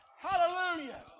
hallelujah